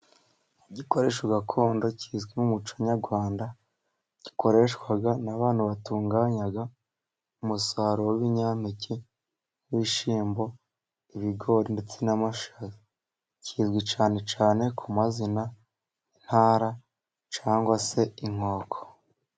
Igikoresho gakondo kizwi mu muco nyarwanda, gikoreshwa n'abantu batunganya umusaruro wibinyampeke nk'ibishyimbo, ibigori, ndetse n'amashaza. Kizwi cyane cyane ku mazina intara cyangwa se inkoko.